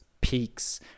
peaks